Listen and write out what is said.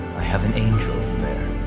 i have an angel there.